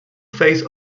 face